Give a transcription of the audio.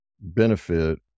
benefit